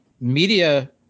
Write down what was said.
media